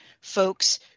folks